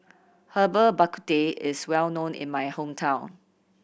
Herbal Bak Ku Teh is well known in my hometown